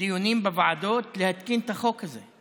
דיונים בוועדות להתקין את החוק הזה.